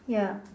ya